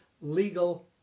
legal